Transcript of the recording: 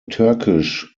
turkish